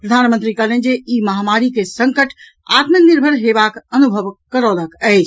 प्रधानमंत्री कहलनि जे ई महामारी के संकट आत्मनिर्भर हेबाक अनुभव करौलक अछि